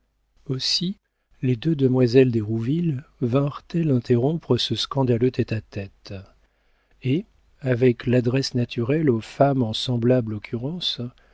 aussi les deux demoiselles d'hérouville vinrent elles interrompre ce scandaleux tête-à-tête et avec l'adresse naturelle aux femmes en semblable occurrence